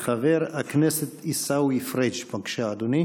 חבר הכנסת עיסאווי פריג', בבקשה, אדוני,